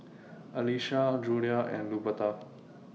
Elisha Julia and Luberta